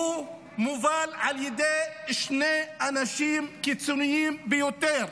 ומובל על ידי שני אנשים קיצוניים ביותר,